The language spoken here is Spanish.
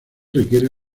requiere